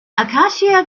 acacia